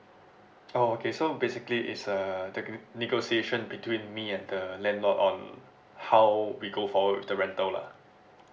oh okay so basically it's a techni~ negotiation between me and the landlord on how we go forward with the rental lah